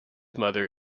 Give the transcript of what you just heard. mother